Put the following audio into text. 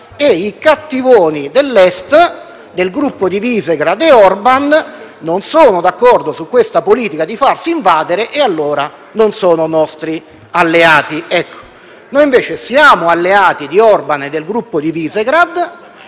i cattivoni dell'Est - mi riferisco al gruppo di Visegrád e Orbán - non sono d'accordo sulla politica del farsi invadere, allora non sono nostri alleati. Noi invece siamo alleati di Orbán e del gruppo di Visegrád,